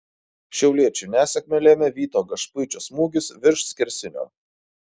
šiauliečių nesėkmę lėmė vyto gašpuičio smūgis virš skersinio